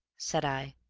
said i.